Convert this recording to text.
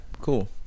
Cool